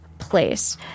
place